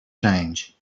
change